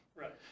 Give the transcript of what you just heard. Right